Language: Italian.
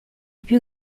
più